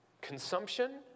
Consumption